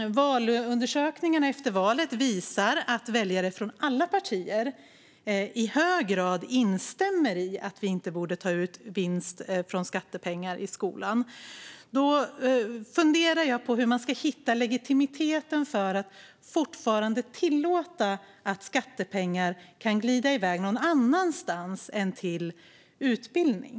Valundersökningarna efter valet visar att väljare från alla partier i hög grad instämmer i att vinst inte bör tas ut från skattepengar i skolan. Då funderar jag på hur man ska hitta legitimiteten för att fortfarande tillåta att skattepengar kan glida iväg någon annanstans än till utbildning.